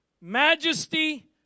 majesty